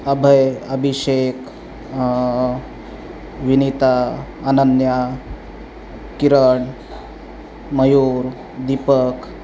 Abhay Abhishek Vinita Ananya Kiran Mayur Deepak